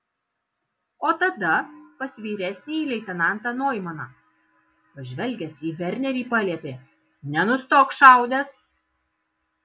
o tada pas vyresnįjį leitenantą noimaną pažvelgęs į vernerį paliepė nenustok šaudęs